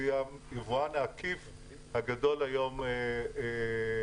שהיא היבואן העקיף הגדול היום בישראל.